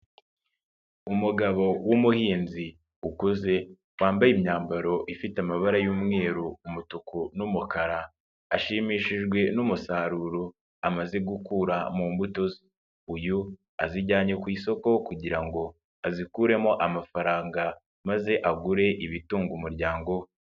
Umugabo w'umuhinzi ukuze, wambaye imyambaro ifite amabara y'umweru, umutuku n'umukara, ashimishijwe n'umusaruro amaze gukura mu mbuto. Uyu azijyanye ku isoko kugira ngo azikuremo amafaranga maze agure ibitunga umuryango we.